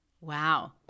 Wow